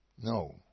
No